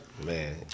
Man